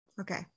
Okay